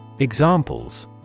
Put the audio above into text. Examples